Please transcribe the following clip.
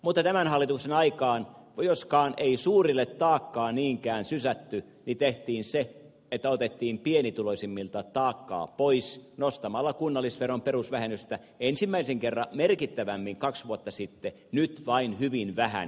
mutta tämän hallituksen aikaan joskaan ei suurille taakkaa niinkään sysätty tehtiin se että otettiin pienituloisimmilta taakkaa pois nostamalla kunnallisveron perusvähennystä ensimmäisen kerran merkittävämmin kaksi vuotta sitten nyt vain hyvin vähän